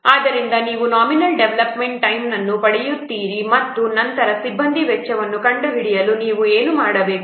ಆದ್ದರಿಂದ ನೀವು nominal development ಟೈಮ್ನನ್ನು ಪಡೆಯುತ್ತೀರಿ ಮತ್ತು ನಂತರ ಸಿಬ್ಬಂದಿ ವೆಚ್ಚವನ್ನು ಕಂಡುಹಿಡಿಯಲು ನೀವು ಏನು ಮಾಡಬೇಕು